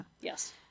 Yes